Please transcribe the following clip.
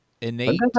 innate